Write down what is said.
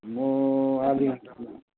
म आधी घन्टामा